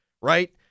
right